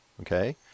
okay